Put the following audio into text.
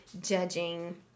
judging